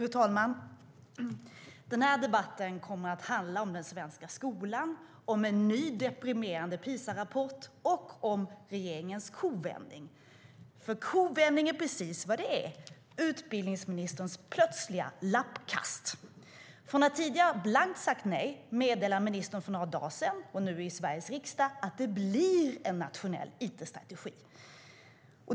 Fru talman! Denna debatt kommer att handla om den svenska skolan, om en ny deprimerande PISA-rapport och om regeringens kovändning. Kovändning är precis vad det är - utbildningsministerns plötsliga lappkast. Från att tidigare ha sagt blankt nej meddelar ministern för några dagar sedan, och nu i Sveriges riksdag, att det blir en nationell it-strategi.